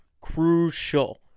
crucial